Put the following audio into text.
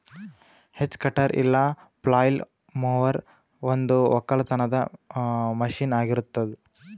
hedge cutter ಇಲ್ಲ flail mower ಒಂದು ಒಕ್ಕಲತನದ ಮಷೀನ್ ಆಗಿರತ್ತುದ್